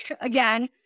again